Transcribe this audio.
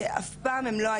מישהו רואה אותן,